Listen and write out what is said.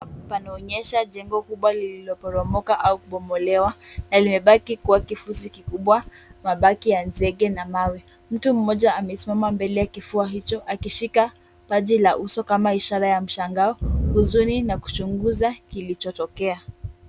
Panaonyesha jengo kubwa lililoporomoka au kubomolewa na limebaki kuwa kifusi kikubwa, mabaki ya nzege na mawe. Mtu mmoja amesimama mbele ya kifua hicho, akishika faji la uso kama ishara ya mshangao, huzuni na kuchunguza kilichotokea.